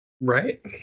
Right